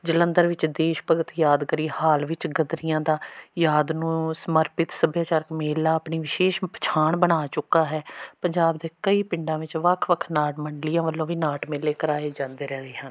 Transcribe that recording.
ਜਲੰਧਰ ਵਿੱਚ ਦੇਸ਼ ਭਗਤ ਯਾਦਗਰੀ ਹਾਲ ਵਿੱਚ ਗਦਰੀਆਂ ਦਾ ਯਾਦ ਨੂੰ ਸਮਰਪਿਤ ਸੱਭਿਆਚਾਰਕ ਮੇਲਾ ਆਪਣੀ ਵਿਸ਼ੇਸ਼ ਪਛਾਣ ਬਣਾ ਚੁੱਕਾ ਹੈ ਪੰਜਾਬ ਦੇ ਕਈ ਪਿੰਡਾਂ ਵਿੱਚ ਵੱਖ ਵੱਖ ਨਾਟ ਮੰਡੀਆਂ ਵੱਲੋਂ ਵੀ ਨਾਟ ਮੇਲੇ ਕਰਾਏ ਜਾਂਦੇ ਰਹੇ ਹਨ